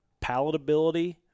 palatability